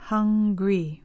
Hungry